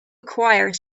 acquire